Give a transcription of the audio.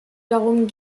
darum